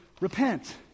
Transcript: repent